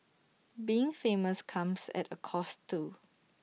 being famous comes at A cost too